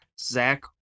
Zach